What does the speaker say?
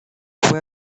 fue